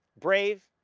brave,